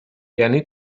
یعنی